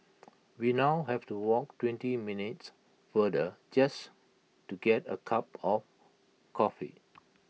we now have to walk twenty minutes farther just to get A cup of coffee